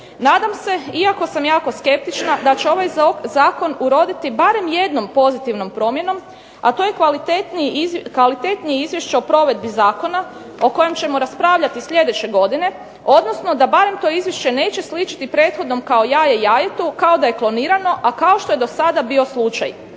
Nadam se iako sam jako skeptična da će ovaj zakon uroditi barem jednom pozitivnom promjenom, a to je kvalitetniji izvješće o provedbi zakona o kojem ćemo raspravljati sljedeće godine, odnosno da barem to izvješće neće sličiti prethodno kao jaje jajetu, kao da je klonirano, a kao što je do sada bio slučaj.